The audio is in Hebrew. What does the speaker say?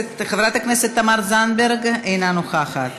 חברת הכנסת תמר זנדברג, אינה נוכחת,